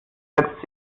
setzt